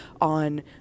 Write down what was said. on